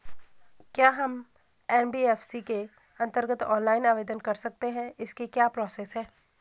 क्या हम एन.बी.एफ.सी के अन्तर्गत ऑनलाइन आवेदन कर सकते हैं इसकी क्या प्रोसेस है?